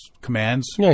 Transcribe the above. commands